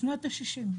בשנות ה-60.